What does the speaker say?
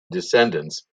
descendants